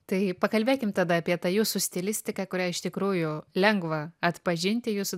tai pakalbėkim tada apie tą jūsų stilistiką kurią iš tikrųjų lengva atpažinti jūsų